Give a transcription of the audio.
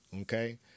okay